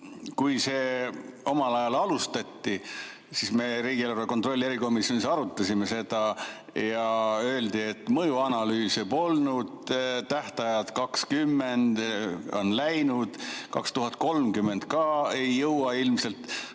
Kui seda omal ajal alustati, siis me riigieelarve kontrolli erikomisjonis arutasime seda ja öeldi, et mõjuanalüüse polnud, tähtaeg 2020 on [mööda] läinud, 2030 ka ei jõua ilmselt.